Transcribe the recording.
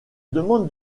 demande